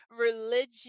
religion